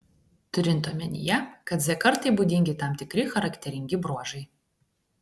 turint omenyje kad z kartai būdingi tam tikri charakteringi bruožai